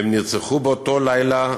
והם נרצחו באותו לילה.